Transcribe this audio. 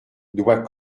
doit